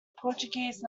portuguese